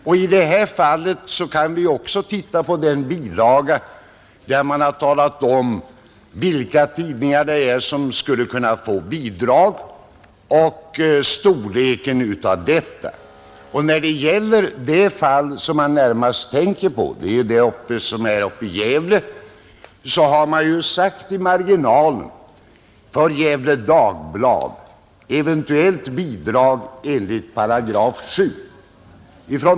Av en bilaga till propositionen framgår vilka tidningar som skulle kunna få bidrag och hur stora bidragen skulle vara. När det gäller den tidning som tas som exempel i folkpartireservationen — Gefle Dagblad — sägs i marginalen till nämnda tabell: ”Ev. bidrag med tillämpning av 7 §”.